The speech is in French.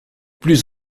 plus